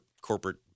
corporate